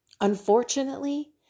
Unfortunately